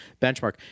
benchmark